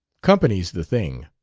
company's the thing.